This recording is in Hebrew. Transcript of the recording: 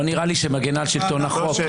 לא נראה לי שהיא מגנה על שלטון החוק,